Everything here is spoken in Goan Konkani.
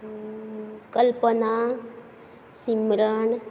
कल्पना सिमरन